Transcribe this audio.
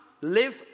live